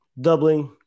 doubling